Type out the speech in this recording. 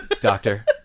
Doctor